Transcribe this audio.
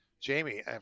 Jamie